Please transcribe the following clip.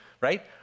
right